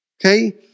okay